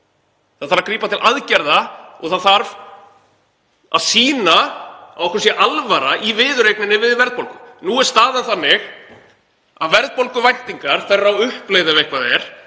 Það þarf að grípa til aðgerða og það þarf að sýna að okkur sé alvara í viðureigninni við verðbólgu. Nú er staðan þannig að verðbólguvæntingar eru á uppleið ef eitthvað er